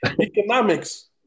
Economics